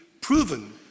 proven